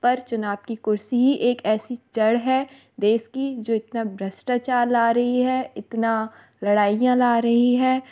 पर चुनाव की कुर्सी ही एक ऐसी जड़ है देश की जो इतना भ्रष्टाचार ला रही है इतनी लड़ाइयाँ ला रही है